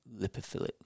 lipophilic